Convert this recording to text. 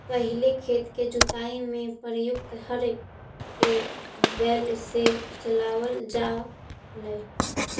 पहिले खेत के जुताई में प्रयुक्त हर के बैल से चलावल जा हलइ